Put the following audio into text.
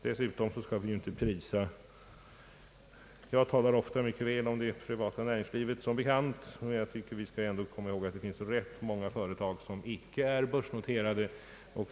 Jag talar som bekant ofta mycket väl om det privata näringslivet, men jag tycker att vi skall komma ihåg att det finns rätt många företag som icke är börsnoterade.